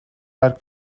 are